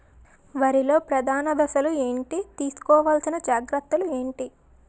వరిలో ప్రధాన దశలు ఏంటి? తీసుకోవాల్సిన జాగ్రత్తలు ఏంటి?